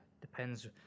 Depends